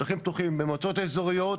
שטחים פתוחים במועצות האזוריות,